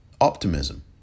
optimism